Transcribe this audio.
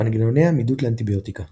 מנגנוני עמידות לאנטיביוטיקה